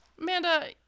Amanda